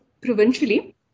provincially